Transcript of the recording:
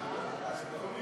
חוק התכנון